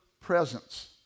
presence